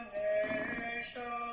nation